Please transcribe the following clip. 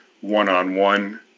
one-on-one